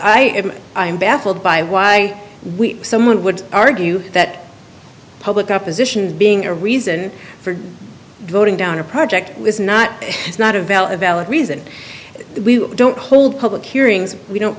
i am i am baffled by why someone would argue that public opposition being a reason for voting down a project was not is not a valid valid reason we don't hold public hearings we don't